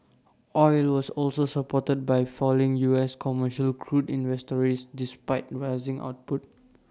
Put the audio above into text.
oil was also supported by falling us commercial crude inventories despite rising output